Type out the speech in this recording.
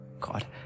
God